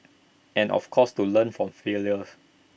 and of course to learn from failure